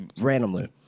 randomly